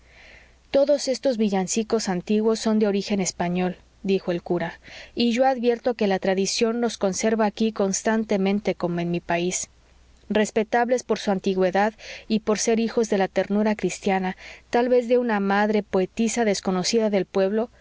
todos estos villancicos antiguos son de origen español dijo el cura y yo advierto que la tradición los conserva aquí constantemente como en mi país respetables por su antigüedad y por ser hijos de la ternura cristiana tal vez de una madre poetisa desconocida del pueblo